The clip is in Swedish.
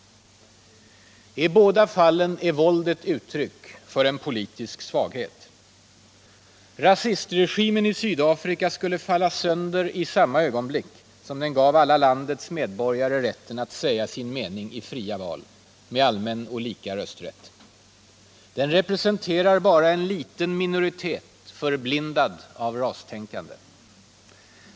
I båda fallen är våldet ett uttryck för politisk svaghet. Rasistregimen i Sydafrika skulle falla sönder i samma ögonblick den gav alla landets medborgare rätten att säga sin mening i fria val, med allmän och lika rösträtt. Den representerar bara en liten minoritet, förblindad av rastänkande.